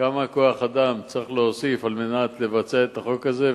כמה כוח-אדם צריך להוסיף על מנת לבצע את החוק הזה,